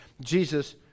Jesus